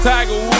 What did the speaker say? Tiger